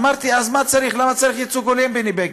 אמרתי: אז למה צריך ייצוג הולם, בני בגין?